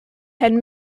had